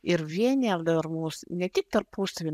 ir vienija dar mus ne tik tarpusavy